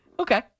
Okay